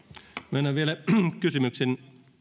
mennään vielä alkuperäisen kysymyksen